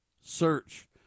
search